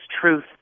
truth